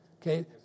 Okay